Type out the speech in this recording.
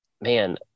Man